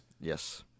Yes